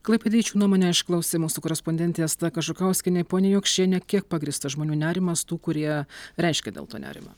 klaipėdiečių nuomonę išklausė mūsų korespondentė asta kažukauskienė ponia jokšiene kiek pagrįstas žmonių nerimas tų kurie reiškia dėl to nerimą